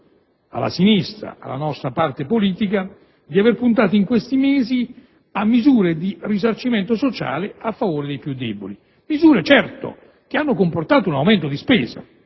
alla sinistra, alla nostra parte politica, di aver puntato in questi mesi a misure di risarcimento sociale a favore dei più deboli, misure certo che hanno comportato un aumento di spesa,